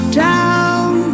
down